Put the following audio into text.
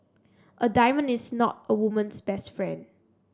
a diamond is not a woman's best friend